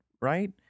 right